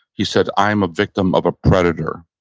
he said, i am a victim of a predator.